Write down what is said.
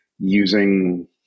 using